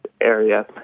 area